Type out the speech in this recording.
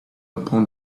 upon